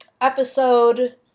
episode